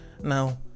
Now